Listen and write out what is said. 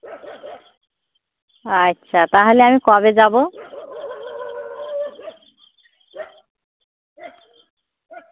আচ্ছা তাহলে আমি কবে যাবো